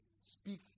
Speak